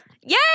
Yay